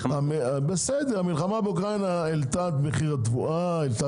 בסדר, המלחמה באוקראינה העלתה את מחיר התבואה, את